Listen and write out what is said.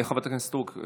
חברת הכנסת סטרוק,